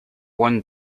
one